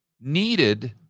needed